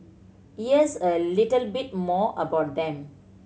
here's a little bit more about them